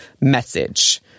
message